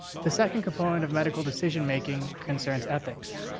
the second component of medical decision making concerns ethics.